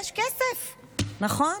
יש כסף, נכון?